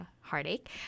heartache